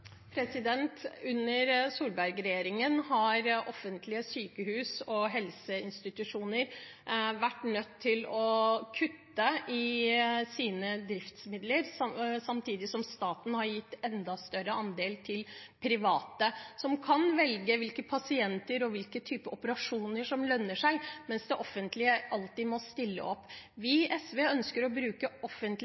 Under Solberg-regjeringen har offentlige sykehus og helseinstitusjoner vært nødt til å kutte i sine driftsmidler samtidig som staten har gitt enda større andel til private, som kan velge hvilke pasienter og hvilke typer operasjoner som lønner seg, mens det offentlige alltid må stille opp. Vi i SV ønsker å bruke